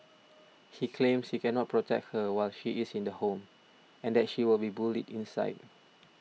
he claims he cannot protect her while she is in the home and that she would be bullied inside